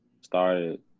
started